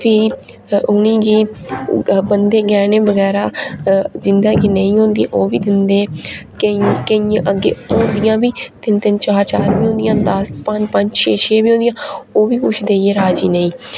उ'नेंगी बंधे गह्ने बगैरा जिं'दा कि नेईं होंदियां ओह् बी केइयें अग्गै इ'यां बी तिन तिन चारा चार होदियां न पंज पंज छे छे बी होंदियां ओह् बी कुछ देइयै राजी नेईं